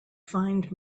find